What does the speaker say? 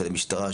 של המשטרה,